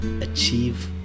achieve